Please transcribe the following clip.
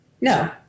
No